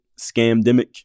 scamdemic